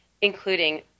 including